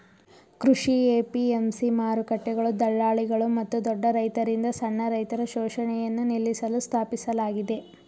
ಕೃಷಿ ಎ.ಪಿ.ಎಂ.ಸಿ ಮಾರುಕಟ್ಟೆಗಳು ದಳ್ಳಾಳಿಗಳು ಮತ್ತು ದೊಡ್ಡ ರೈತರಿಂದ ಸಣ್ಣ ರೈತರ ಶೋಷಣೆಯನ್ನು ನಿಲ್ಲಿಸಲು ಸ್ಥಾಪಿಸಲಾಗಿದೆ